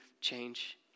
change